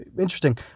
interesting